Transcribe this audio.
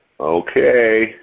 Okay